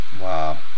wow